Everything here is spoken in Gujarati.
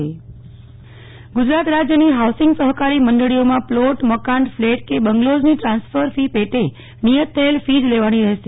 નેહલ ઠક્કર સહકારી મંડળીઓ ગુજરાત રાજ્યની હાઉસિંગ સહકારી મંડળીઓમાં પ્લોટ મકાન ફ્લેટ કે બંગ્લોઝની ટ્રાન્સફર ફી પેટે નિયત થયેલ ફી જ લેવાની રહેશે